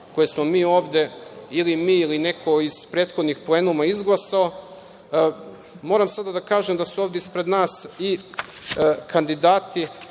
koje smo mi ovde, ili mi ili neko iz prethodnih plenuma izglasao, moram sada da kažem da su ovde ispred nas i kandidati